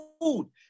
food